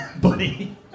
Buddy